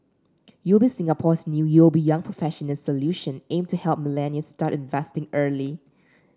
UOB Singapore's new UOB Young Professionals Solution aim to help millennials start investing early